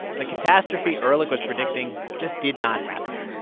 the catastrophe ehrlich was predicting just did not happen.